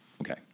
okay